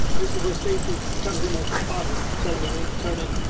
is where stacy comes in as a spotter telling me when to turn it,